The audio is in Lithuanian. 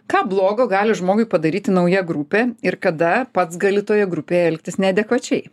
ką blogo gali žmogui padaryti nauja grupė ir kada pats gali toje grupėje elgtis neadekvačiai